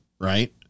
right